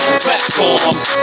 platform